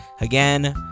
Again